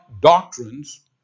doctrines